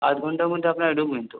আধঘণ্টার মধ্যে আপনারা ঢুকবেন তো